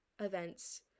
events